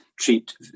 Treat